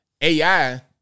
AI